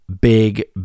big